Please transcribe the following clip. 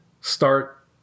start